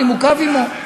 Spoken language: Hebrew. ונימוקיו עמו.